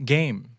game